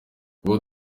kuba